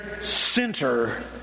center